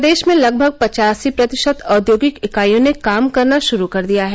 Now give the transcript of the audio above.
प्रदेश में लगभग पचासी प्रतिशत औद्योगिक इकाईयों ने काम करना शुरू कर दिया है